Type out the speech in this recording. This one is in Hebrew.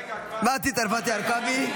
רגע, כבר --- מתי צרפתי הרכבי,